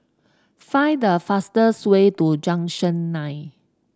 find the fastest way to Junction Nine